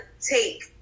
take